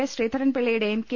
S Sreedharan പിള്ളയുടെയും K